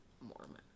Mormon